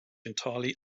entirely